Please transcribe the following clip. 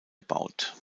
gebaut